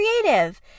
creative